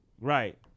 Right